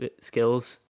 skills